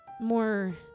more